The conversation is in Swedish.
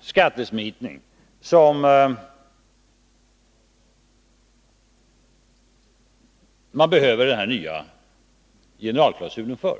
skattesmitning som man behöver den nya generalklausulen för.